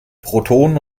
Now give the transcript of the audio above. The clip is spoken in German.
protonen